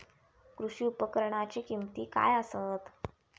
कृषी उपकरणाची किमती काय आसत?